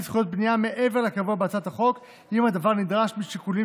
את זכויות הבנייה מעבר לקבוע בהצעת החוק אם הדבר נדרש משיקולים